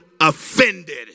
Offended